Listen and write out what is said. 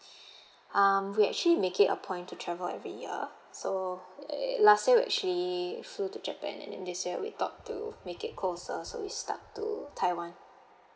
um we actually make it a point to travel every year so eh last year we already flew to japan and then this year we though to make it closer so we start to taiwan